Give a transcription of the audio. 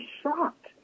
shocked